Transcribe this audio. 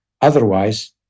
Otherwise